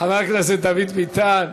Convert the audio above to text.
חבר הכנסת דוד ביטן,